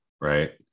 right